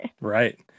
right